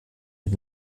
mit